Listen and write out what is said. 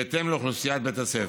בהתאם לאוכלוסיית בית הספר.